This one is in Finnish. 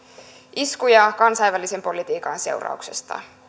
iskuja kansainvälisen politiikan seurauksena